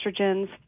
estrogens